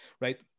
right